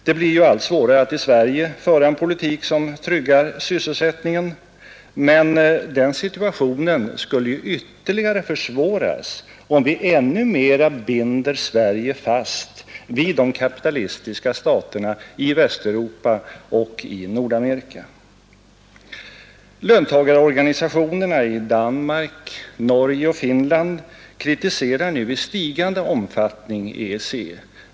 Det blir ju allt svårare att i Sverige föra en politik som tryggar sysselsättningen, men den situationen skulle ytterligare försvåras om vi ännu mera binder Sverige fast vid de kapitalistiska staterna i Västeuropa och i Nordamerika. Löntagarorganisationerna i Danmark, Norge och Finland kritiserar nu i stigande omfattning EEC.